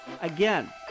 Again